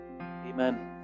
Amen